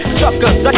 suckers